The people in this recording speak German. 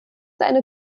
eine